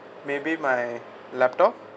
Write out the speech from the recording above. maybe my laptop